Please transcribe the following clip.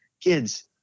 kids